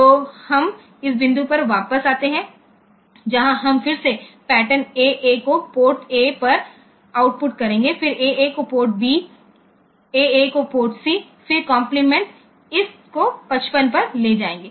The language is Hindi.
तो हम इस बिंदु पर वापस आते हैं जहां हम फिर से पैटर्न एए को पोर्ट एपर आउटपुट करेंगे फिर एए को पोर्ट बी एए को पोर्ट सी फिर कॉम्प्लीमेंट इस को 55 पर ले जाएंगे